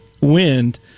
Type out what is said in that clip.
wind